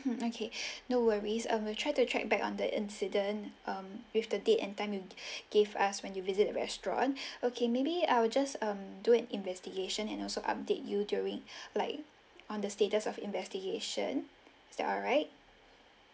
mm okay no worries I will try to track back on the incident um with the date and time you gave us when you visit a restaurant okay maybe I will just um do an investigation and also update you during like on the status of investigation is that are right